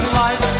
life